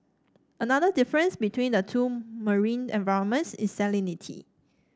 another difference between the two marine environments is salinity